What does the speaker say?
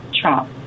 Trump